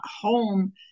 home